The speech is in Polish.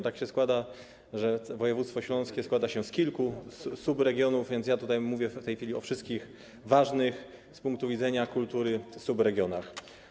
Tak się składa, że województwo śląskie składa się z kilku subregionów, więc mówię w tej chwili o wszystkich ważnych z punktu widzenia kultury subregionach.